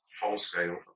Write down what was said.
wholesale